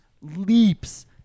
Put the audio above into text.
leaps